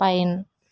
pine